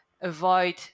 avoid